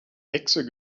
hexe